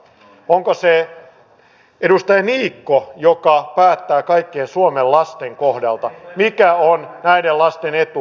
onko se edustaja niikko joka päättää kaikkien suomen lasten kohdalta mikä on näiden lasten etu